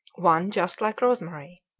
one just like rosemary.